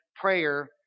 prayer